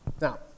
Now